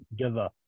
together